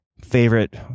favorite